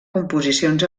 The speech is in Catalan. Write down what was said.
composicions